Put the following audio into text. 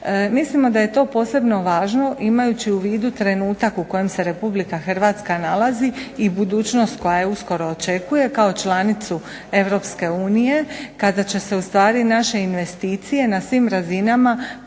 Mislimo da je to posebno važno imajući u vidu trenutak u kojem se Republika Hrvatska nalazi i budućnost koja je uskoro očekujemo kao članicu Europske unije kada će se ustvari naše investicije na svim razinama povećati